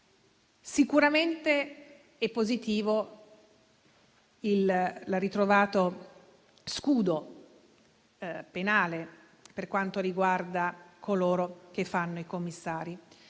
Sicuramente è positivo il ritrovato scudo penale per coloro che fanno i commissari.